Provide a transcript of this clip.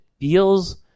feels